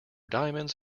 diamonds